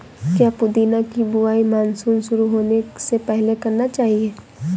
क्या पुदीना की बुवाई मानसून शुरू होने से पहले करना चाहिए?